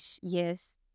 yes